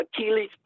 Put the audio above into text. Achilles